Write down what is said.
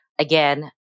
Again